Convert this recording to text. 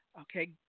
okay